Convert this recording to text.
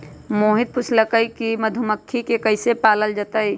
मोहित पूछलकई कि मधुमखि के कईसे पालल जतई